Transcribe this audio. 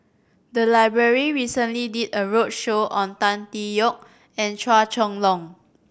the library recently did a roadshow on Tan Tee Yoke and Chua Chong Long